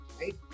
right